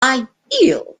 ideal